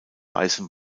weißem